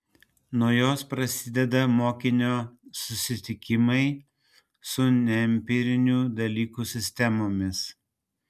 nuo jos prasideda mokinio susitikimai su neempirinių dalykų sistemomis